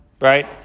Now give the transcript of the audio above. Right